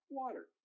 water